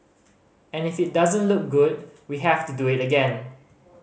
and if it doesn't look good we have to do it again